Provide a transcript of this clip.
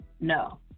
no